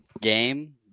game